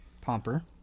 Pomper